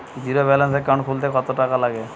Zero balance account খুলতে কত টাকা লাগে?